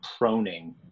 proning